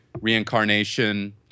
reincarnation